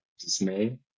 dismay